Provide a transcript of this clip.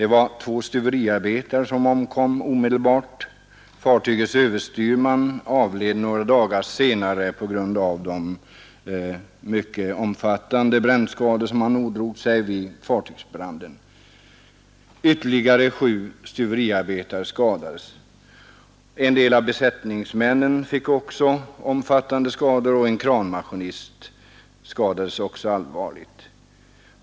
Två stuveriarbetare omkom omedelbart, och fartygets överstyrman avled några dagar senare på grund av de mycket omfattande brännskador som han ådrog sig vid fartygsbranden. Ytterligare sju stuveriarbetare skadades. En del av besättningsmännen fick också omfattande skador, och en kranmaskinist skadades också allvarligt.